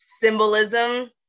symbolism